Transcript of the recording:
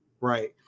right